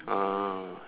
ah